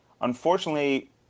Unfortunately